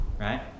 right